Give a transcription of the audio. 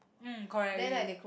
mm correct we